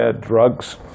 drugs